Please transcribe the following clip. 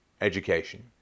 education